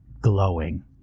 glowing